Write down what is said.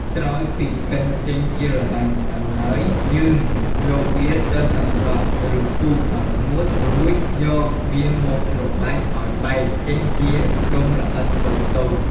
ក្រោយពី កិនចេញជាល្បាយម្សៅហើយ យើងយកវាទៅសង្កត់ ឬពួតឱ្យស្ងួត រួចយកវាមកច្របាច់ឱ្យបែកចេញជាដុំល្អិតតូចៗ។